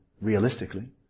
realistically